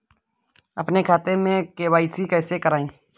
अपने खाते में के.वाई.सी कैसे कराएँ?